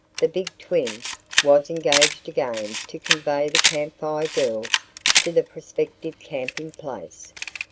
the big twin was engaged again to convey the camp fire girls to the prospective camping place.